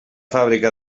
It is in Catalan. fàbrica